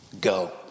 go